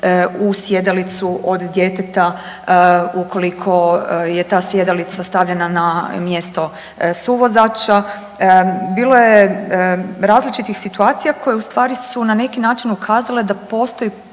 u sjedalicu od djeteta ukoliko je ta sjedalica stavljena na mjesto suvozača, bilo je različitih situacija koje ustvari su na neki način ukazale da postoji